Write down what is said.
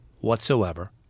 whatsoever